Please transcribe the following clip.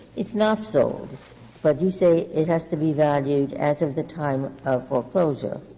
it's not sold. but you say it has to be valued as of the time of foreclosure.